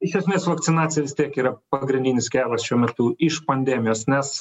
iš esmės vakcinacija vis tiek yra pagrindinis kelias šiuo metu iš pandemijos nes